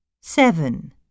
seven